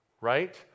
right